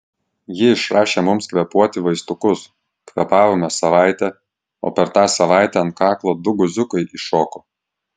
ji išrašė mums kvėpuoti vaistukus kvėpavome savaitę o per tą savaitę ant kaklo du guziukai iššoko